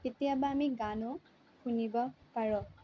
কেতিয়াবা আমি গানো শুনিব পাৰোঁ